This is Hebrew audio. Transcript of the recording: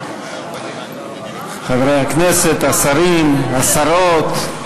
חברי הכנסת, השרים, השרות,